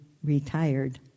Retired